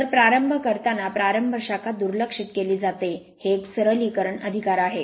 तर प्रारंभ करताना प्रारंभ शाखा दुर्लक्षित केली जाते हे एक सरलीकरण अधिकार आहे